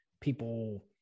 people